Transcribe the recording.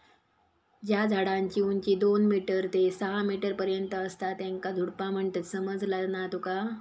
ज्या झाडांची उंची दोन मीटर ते सहा मीटर पर्यंत असता त्येंका झुडपा म्हणतत, समझला ना तुका?